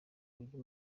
kurya